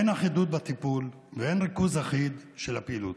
אין אחידות בטיפול ואין ריכוז אחיד של הפעילות.